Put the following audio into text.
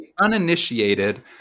uninitiated